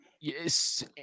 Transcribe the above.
Yes